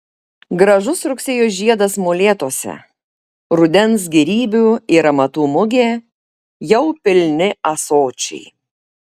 gražus rugsėjo žiedas molėtuose rudens gėrybių ir amatų mugė jau pilni ąsočiai